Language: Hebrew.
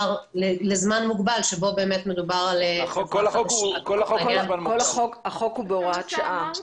מוגבל שבו מדובר- -- החוק הוא בהוראת שעה.